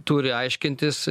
turi aiškintis